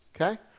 okay